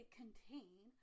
contain